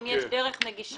אם יש דרך נגישה?